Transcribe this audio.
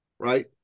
Right